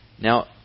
Now